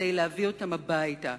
כדי להביא אותם הביתה.